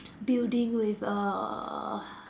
building with uh